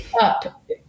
up